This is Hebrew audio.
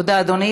תודה, אדוני.